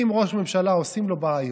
אם ראש ממשלה, עושים לו בעיות,